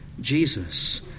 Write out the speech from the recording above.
Jesus